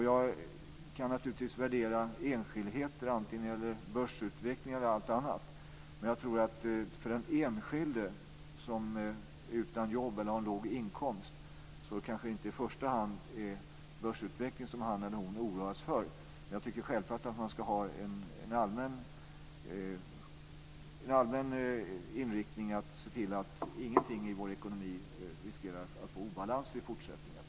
Jag kan naturligtvis värdera enskildheter, antingen det gäller börsutveckling eller allt annat. För den enskilde som är utan jobb eller har en låg inkomst är det kanske inte i första hand börsutvecklingen som han eller hon oroar sig för. Men jag tycker självklart att man ska ha en allmän inriktning att se till att inget i vår ekonomi riskerar att leda till obalanser i fortsättningen.